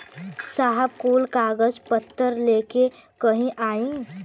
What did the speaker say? साहब कुल कागज पतर लेके कहिया आई?